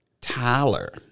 Tyler